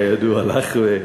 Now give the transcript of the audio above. כידוע לך.